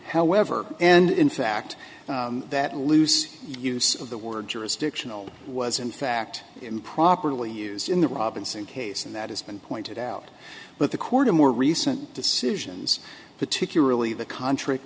however and in fact that loose use of the word jurisdictional was in fact improperly used in the robinson case and that has been pointed out but the court in more recent decisions particularly the contr